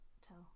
tell